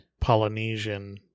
Polynesian